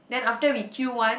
then after we queue one